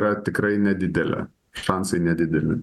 yra tikrai nedidelė šansai nedideli